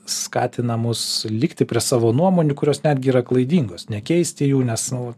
skatina mus likti prie savo nuomonių kurios netgi yra klaidingos nekeisti jų nes nu